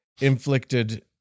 inflicted